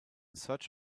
search